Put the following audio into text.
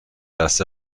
dass